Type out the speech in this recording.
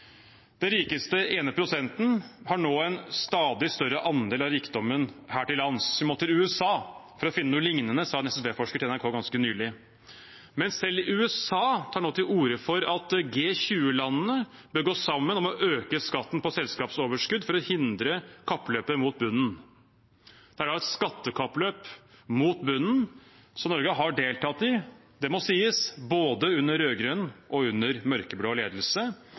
Den rikeste ene prosenten har nå en stadig større andel av rikdommen her til lands. Vi må til USA for å finne noe liknende, sa en SSB-forsker til NRK ganske nylig. Men selv i USA tar de nå til orde for at G20-landene bør gå sammen om å øke skatten på selskapsoverskudd for å hindre kappløpet mot bunnen. Det er et skattekappløp mot bunnen som Norge har deltatt i – det må sies – både under rød-grønn og under mørkeblå ledelse.